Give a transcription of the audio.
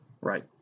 right